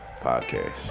Podcast